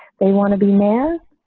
they want to be man,